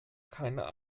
keine